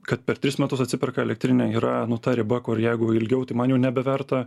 kad per tris metus atsiperka elektrinė yra nu ta riba kur jeigu ilgiau tai man jau nebeverta